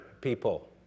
people